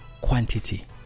quantity